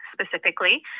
specifically